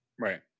Right